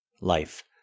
Life